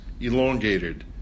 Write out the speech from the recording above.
elongated